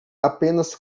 apenas